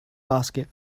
basket